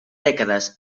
dècades